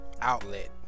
outlet